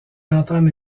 entame